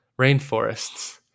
rainforests